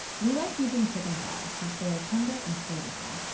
we like using chicken thighs since they are tender and flavorful,